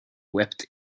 wept